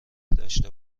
داشته